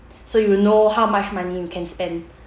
so you know how much money you can spend